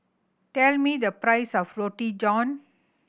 tell me the price of Roti John